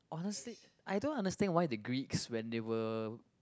honestly I don't understand why the Greece when they were